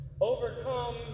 overcome